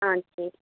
ஆ சரி